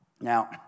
Now